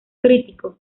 crítico